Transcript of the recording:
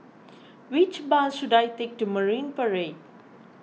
which bus should I take to Marine Parade